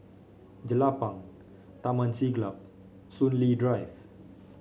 Jelapang Taman Siglap Soon Lee Drive